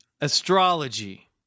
Astrology